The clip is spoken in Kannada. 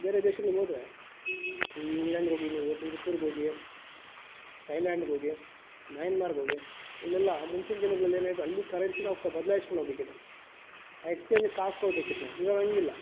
ಬೇರೆ ದೇಶಗಳ್ಗೆ ಹೋದರೆ ಈ ಇಂಗ್ಲೆಂಡ್ಗೋಗಿ ನೀವು ಸಿಂಗಾಪುರ್ಗೋಗಿ ಥೈಲ್ಯಾಂಡ್ಗೋಗಿ ಮಯನ್ಮಾರ್ಗೋಗಿ ಇಲ್ಲೆಲ್ಲ ಮುಂಚಿನ ದಿನಗಳಲ್ಲೇ ಅಲ್ಲಿ ಕರೆನ್ಸಿ ನಾವು ಬದಲಾಯಿಸಿಕೊಂಡು ಹೋಗಬೇಕಿತ್ತು ಆ ಎಕ್ಸ್ಚೇಂಜ್ಗೆ ಕಾಸು ಕೊಡಬೇಕಿತ್ತು ನಾವು ಈವಾಗ ಹಾಗಿಲ್ಲ